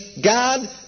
God